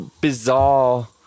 bizarre